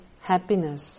happiness